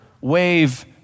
wave